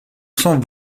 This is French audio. cent